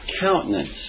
countenance